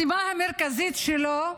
המרכזית שלו,